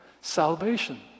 salvation